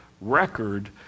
record